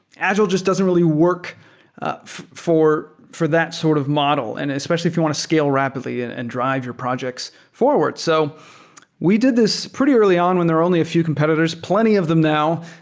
agile just doesn't really work for for that sort of model, and especially if you want to scale rapidly and and drive your projects forward. so we did this pretty early on when there are only a few competitors, plenty of them now.